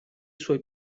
suoi